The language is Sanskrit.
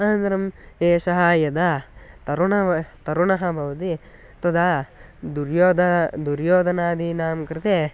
अनन्तरम् एषः यदा तरुणः तरुणः भवति तदा दुर्योधनः दुर्योधनः दुर्योधनादीनां कृते